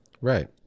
Right